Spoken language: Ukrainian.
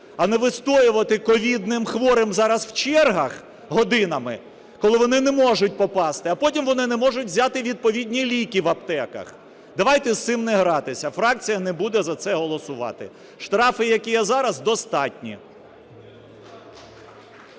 А не вистоювати ковідним хворим зараз у чергах годинами, коли вони не можуть попасти. А потім вони не можуть взяти відповідні ліки в аптеках. Давайте з цим не гратися. Фракція не буде за це голосувати. Штрафи, які є зараз, достатні.